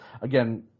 again